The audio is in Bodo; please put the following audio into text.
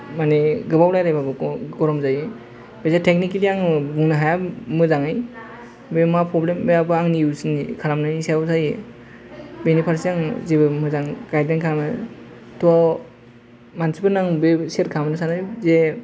माने गोबाव रायलायबाबो गरम जायो बिदि तेकनिकेलि आङो बुंनो हाया मोजाङै बे मा प्रब्लेम बे आंनि इउज खालामनायनि सायाव जायो बेनि फारसे आं जेबो मोजां रोंखाया थ' मानसिफोरनो आं बे शेयार खालामनो सानो जे